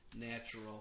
natural